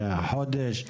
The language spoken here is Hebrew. חודש.